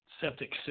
septic